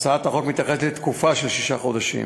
הצעת החוק מתייחסת לתקופה של שישה חודשים.